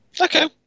Okay